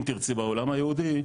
אם תרצי בעולם היהודי,